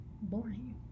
boring